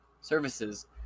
services